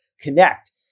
connect